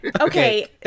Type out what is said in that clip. Okay